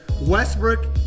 Westbrook